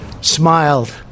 smiled